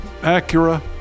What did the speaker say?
Acura